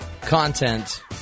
content